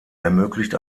ermöglicht